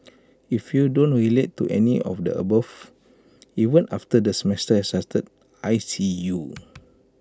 if you don't relate to any of the above even after the semester has started I see you